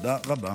תודה רבה.